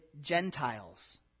Gentiles